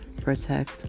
Protect